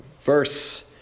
Verse